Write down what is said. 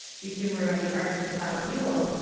the humour of the arkansas' mule,